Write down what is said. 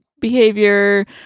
behavior